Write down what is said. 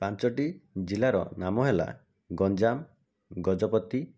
ପାଞ୍ଚୋଟି ଜିଲ୍ଲାର ନାମ ହେଲା ଗଞ୍ଜାମ ଗଜପତି